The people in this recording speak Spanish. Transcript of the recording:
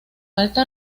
alta